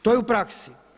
To je u praksi.